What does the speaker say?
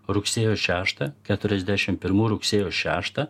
rugsėjo šeštą keturiasdešim pirmų rugsėjo šeštą